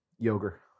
Yogurt